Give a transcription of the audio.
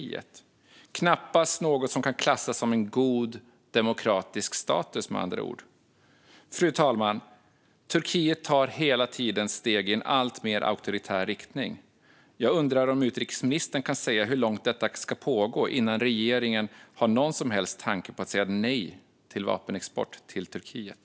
Det är med andra ord knappast något som kan klassas som en god demokratisk status. Fru talman! Turkiet tar hela tiden steg i en alltmer auktoritär riktning. Jag undrar om utrikesministern kan säga hur länge detta ska få pågå innan regeringen har någon som helst tanke på att säga nej till vapenexport till Turkiet.